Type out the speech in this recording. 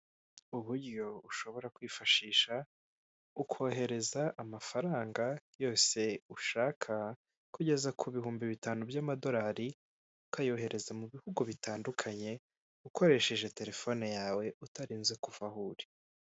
Uburyo ushobora kwifashisha ukohereza amafaranga yose ushaka kugeza ku bihumbi bitanu by'amadorari, ukayohereza mu bihugu bitandukanye, ukoresheje telefone yawe utarinze kuva aho uri.